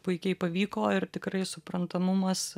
puikiai pavyko ir tikrai suprantamumas